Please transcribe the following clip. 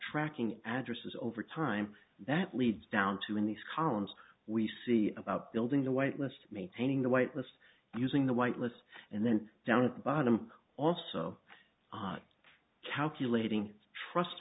tracking addresses over time that leads down to in these columns we see about building the white list maintaining the white list using the white list and then down at the bottom also on calculating trust